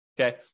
okay